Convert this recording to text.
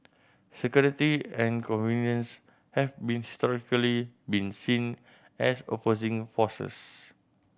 security and convenience have been historically been seen as opposing forces